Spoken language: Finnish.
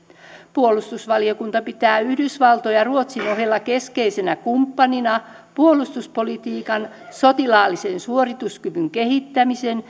puolustusvaliokunta pitää yhdysvaltoja ruotsin ohella keskeisenä kumppanina puolustuspolitiikan sotilaallisen suorituskyvyn kehittämisen